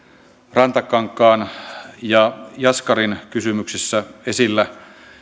rantakankaan ja jaskarin kysymyksissä esillä